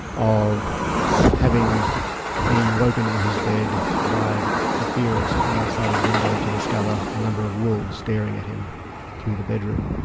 of having been woken in his bed by the the fear of something outside his window, to discover a number of wolves staring at him through the bedroom.